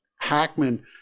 Hackman